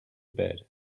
bed